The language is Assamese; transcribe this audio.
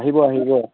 আহিব আহিব